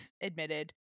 admitted